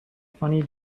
funny